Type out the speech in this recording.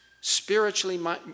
spiritually